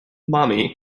mommy